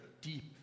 deep